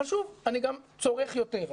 אבל שוב, אני גם צורך יותר.